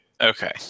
Okay